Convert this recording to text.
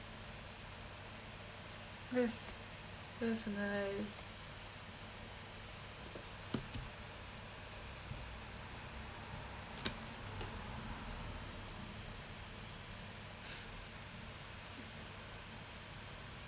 that's that's nice